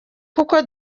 kuko